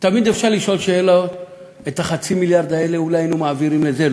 תמיד אפשר לשאול שאלות: את החצי מיליארד האלה אולי היינו מעבירים לזה,